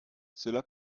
cela